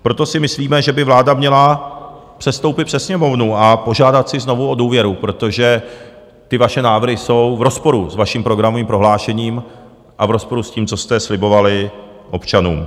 Proto si myslíme, že by vláda měla předstoupit před Sněmovnu a požádat znovu o důvěru, protože vaše návrhy jsou v rozporu s vaším programovým prohlášením a v rozporu s tím, co jste slibovali občanům.